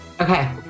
Okay